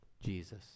Jesus